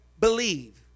believe